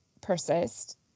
persist